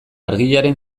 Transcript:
argiaren